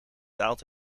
daalt